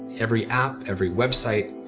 every app, every website,